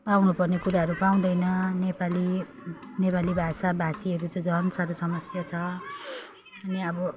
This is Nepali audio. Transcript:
पाउनु पर्ने कुराहरू पाउँदैन नेपाली नेपाली भाषा भाषीहरू चाहिँ झन् साह्रो समस्या छ अनि अब